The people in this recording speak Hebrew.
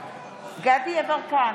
דסטה גדי יברקן,